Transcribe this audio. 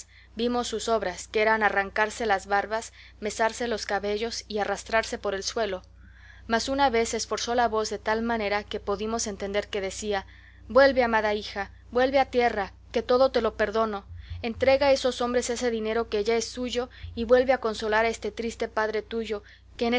vimos sus obras que eran arrancarse las barbas mesarse los cabellos y arrastrarse por el suelo mas una vez esforzó la voz de tal manera que podimos entender que decía vuelve amada hija vuelve a tierra que todo te lo perdono entrega a esos hombres ese dinero que ya es suyo y vuelve a consolar a este triste padre tuyo que